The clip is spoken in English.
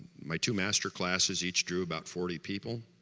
my two master classes each drew about forty people